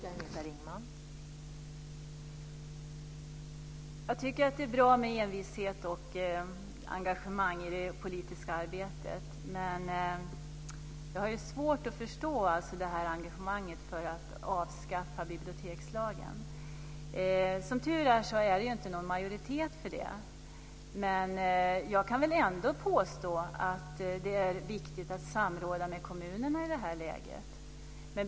Fru talman! Jag tycker att det är bra med envishet och engagemang i det politiska arbetet, men jag har svårt att förstå det här engagemanget för att avskaffa bibliotekslagen. Som tur är finns det ingen majoritet för det. Men jag kan väl ändå påstå att det är viktigt att samråda med kommunerna i det här läget.